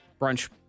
Brunch